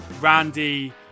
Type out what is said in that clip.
randy